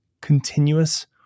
continuous